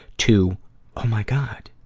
to oh my god!